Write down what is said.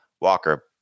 Walker